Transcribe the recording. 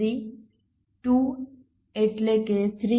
3 2 એટલે કે 3